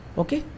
okay